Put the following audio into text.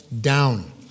Down